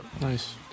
Nice